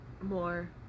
more